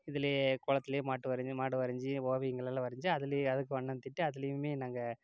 இதுலேயே குளத்துலியே மாட்டு வரைஞ்சி மாடு வரைஞ்சி ஓவியங்களெல்லாம் வரைஞ்சி அதுலேயே அதுக்கு வண்ணம் தீட்டி அதுலேயுமே நாங்கள்